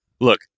look